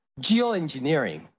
geoengineering